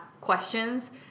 questions